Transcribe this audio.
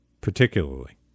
particularly